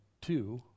two